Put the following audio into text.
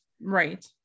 Right